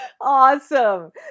Awesome